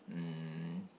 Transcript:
um